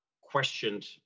questioned